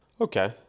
Okay